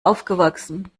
aufgewachsen